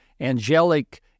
angelic